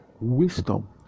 wisdom